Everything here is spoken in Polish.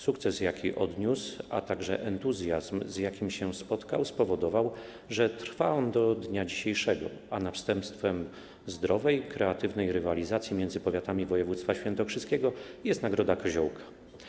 Sukces, jaki odniósł, a także entuzjazm, z jakim się spotkał, spowodowały, że trwa on do dnia dzisiejszego, a następstwem zdrowej, kreatywnej rywalizacji między powiatami województwa świętokrzyskiego jest nagroda „Koziołka”